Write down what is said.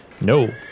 No